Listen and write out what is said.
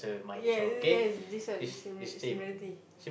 yeah yeah this one similari~ similarity